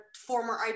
former